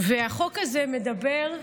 החוק הזה מדבר,